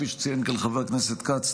כפי שציין כאן חבר הכנסת כץ,